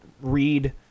read